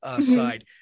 side